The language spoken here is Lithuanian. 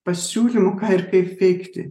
pasiūlymų ką ir kaip veikti